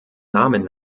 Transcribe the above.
namen